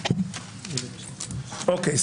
אוקיי.